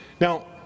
Now